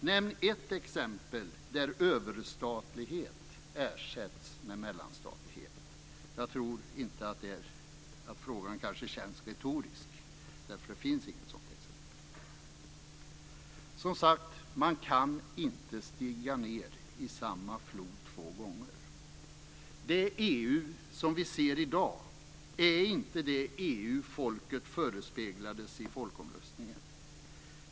Nämn ett exempel där överstatlighet ersätts med mellanstatlighet! Jag tror att frågan kanske känns retorisk, därför att det finns inget sådant exempel. Som sagt, man kan inte stiga ned i samma flod två gånger. Det EU som vi ser i dag är inte det EU som folket förespeglades i folkomröstningen.